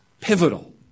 Pivotal